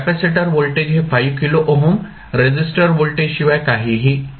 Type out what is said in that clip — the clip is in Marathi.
कॅपेसिटर व्होल्टेज हे 5 किलो ओहम रेसिस्टर व्होल्टेज शिवाय काहीही नाही